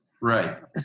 Right